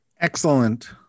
Excellent